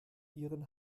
ihren